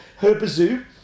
Herbazoo